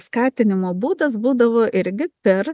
skatinimo būdas būdavo irgi per